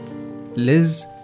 Liz